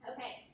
Okay